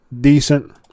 decent